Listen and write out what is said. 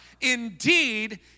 Indeed